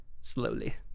slowly